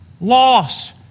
loss